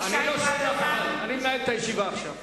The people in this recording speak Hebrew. אני לא שואל שום דבר.